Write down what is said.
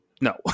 no